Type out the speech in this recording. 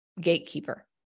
gatekeeper